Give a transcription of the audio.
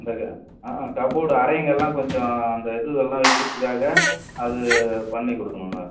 இந்த க ஆ கப்போர்டு அரைங்கலாம் கொஞ்சம் அந்த இது இதெல்லாம் வைக்கிறதுக்காக அது பண்ணிக் கொடுக்கணுங்க